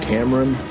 Cameron